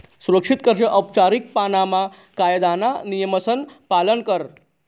सुरक्षित कर्ज औपचारीक पाणामा कायदाना नियमसन पालन करस